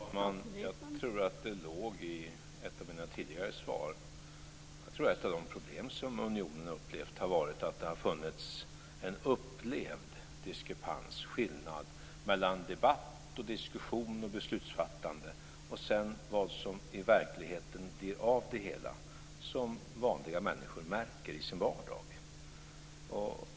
Fru talman! Jag tror att det låg i ett av mina tidigare svar. Ett av de problem som unionen har haft har varit att det har upplevts som en diskrepans, en skillnad, mellan debatt, diskussion och beslutsfattande och sedan vad som i verkligheten blir av det hela, det som vanliga människor märker i sin vardag.